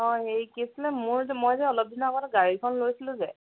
অঁ হেৰি কি আছিলে মোৰ যে মই যে অলপ দিনৰ আগতে গাড়ীখন লৈছিলোঁ যে